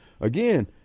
again